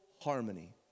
harmony